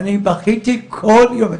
אני בכיתי כל יום.